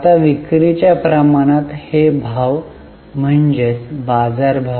आता विक्री च्या प्रमाणात हे भाव म्हणजे बाजारभाव